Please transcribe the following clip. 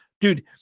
dude